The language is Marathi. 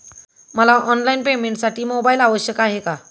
मला ऑनलाईन पेमेंटसाठी मोबाईल आवश्यक आहे का?